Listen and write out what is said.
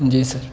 جی سر